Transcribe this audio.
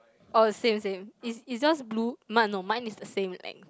oh same same it's it's just blue mine no mine is the same length